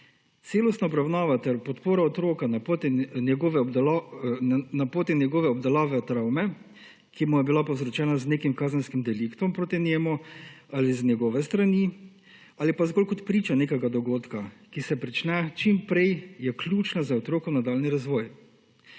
Celostna obravnava ter podpora otroka na poti obdelave njegove travme, ki mu je bila povzročena z nekim kazenskim deliktom proti njemu, ali z njegove strani ali pa zgolj kot priče nekega dogodka, ki se prične čim prej, je ključna za otrokov nadaljnji razvoj.